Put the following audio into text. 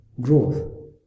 growth